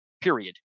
period